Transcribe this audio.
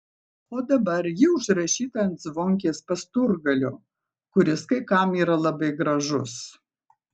o dabar ji užrašyta ant zvonkės pasturgalio kuris kai kam yra labai gražus